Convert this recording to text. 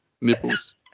Nipples